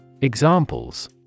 Examples